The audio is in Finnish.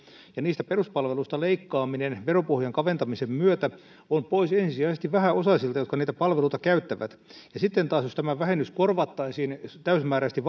ja niistä peruspalveluista leikkaaminen veropohjan kaventamisen myötä on ensisijaisesti pois vähäosaisilta jotka niitä palveluita käyttävät ja sitten taas jos tämä vähennys korvattaisiin täysimääräisesti